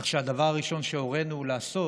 כך שהדבר הראשון שהורינו לעשות